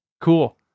Cool